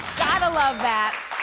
gotta love that.